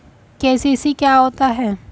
KCC क्या होता है?